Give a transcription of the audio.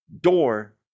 door